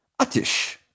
Atish